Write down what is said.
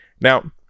Now